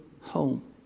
home